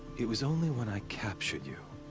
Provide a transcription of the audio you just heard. it was only when i captured you.